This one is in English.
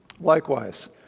likewise